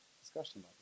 discussion